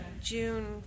June